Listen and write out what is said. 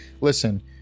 listen